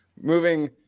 Moving